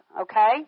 Okay